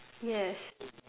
yes